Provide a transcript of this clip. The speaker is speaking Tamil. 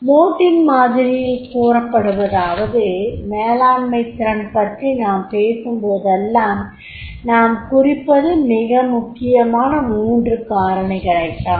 மோட்டின் மாதிரியில் கூறப்படுவதாவது மேலாண்மைத் திறன் பற்றி நாம் பேசும்போதெல்லாம் நாம் குறிப்பது மிக முக்கியமான 3 காரணிகளைத்தான்